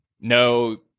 No